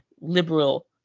liberal